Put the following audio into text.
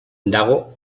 dago